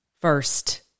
first